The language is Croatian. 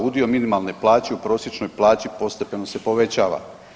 udio minimalne plaće u prosječnoj plaći postepeno se povećava.